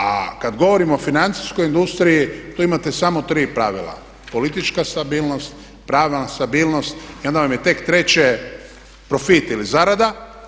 A kad govorimo o financijskoj industriji tu imate samo tri pravila, politička stabilnost, pravna stabilnost i onda vam je tek treće profit ili zarada.